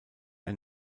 ein